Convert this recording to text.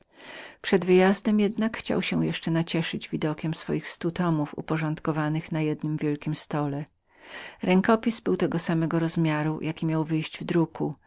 przed wyjazdem jednak chciał nacieszyć się widokiem swoich stu tomów uporządkowanych na jednym wielkim stole posiadał rękopis tego samego rozmiaru jaki miał wyjść z druku